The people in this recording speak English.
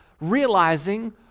realizing